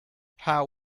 how